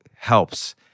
helps